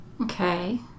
Okay